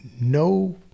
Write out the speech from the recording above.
no